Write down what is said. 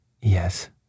Yes